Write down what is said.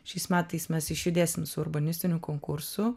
šiais metais mes išjudėsim su urbanistiniu konkursu